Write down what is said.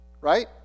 Right